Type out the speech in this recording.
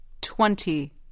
Twenty